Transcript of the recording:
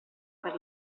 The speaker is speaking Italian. per